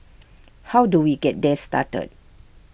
how do we get that started